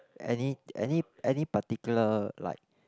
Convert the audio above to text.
any any any particular like